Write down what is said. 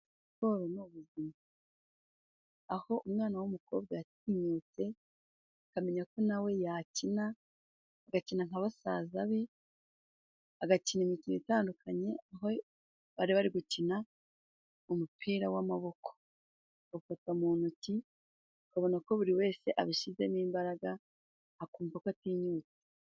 Aho umwana w'umukobwa yatinyutse akamenya, ko nawe yakina agakina nka basaza be agakina, imikino itandukanye aho bari bari gukina umupira w'amaboko bafata mu ntoki akabona, ko buri wese abishyizezemo imbaraga akumva ko atinyutse.